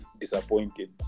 disappointed